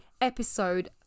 episode